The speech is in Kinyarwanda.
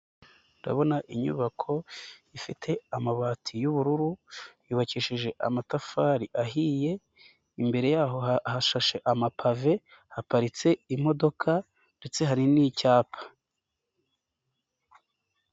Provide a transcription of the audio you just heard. Ndabona inyubako ifite amabati y'ubururu yubakishije amatafari ahiye, imbere yaho hashashe amapave haparitse imodoka ndetse hari n'icyapa.